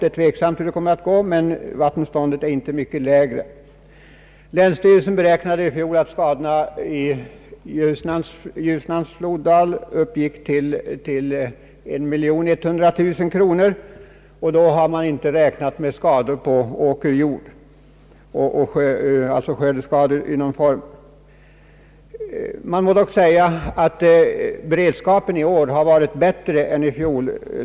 Det är tveksamt hur det kommer att gå, men vattenståndet är nu inte mycket lägre än i fjol. Länsstyrelsen beräknade att skadorna 1966 i Ljusnans floddal uppgick till 1100 000 kronor, och då har man inte räknat med skördeskador i någon form. Beredskapen har dock i år varit bättre än i fjol.